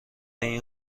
این